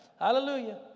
Hallelujah